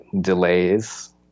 delays